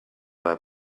her